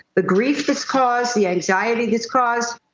the grief it's caused, the anxiety it's caused,